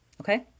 Okay